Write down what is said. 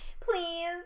please